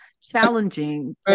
challenging